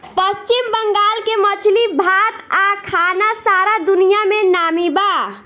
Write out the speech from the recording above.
पश्चिम बंगाल के मछली भात आ खाना सारा दुनिया में नामी बा